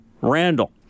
Randall